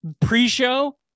pre-show